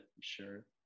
sure